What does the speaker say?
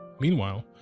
Meanwhile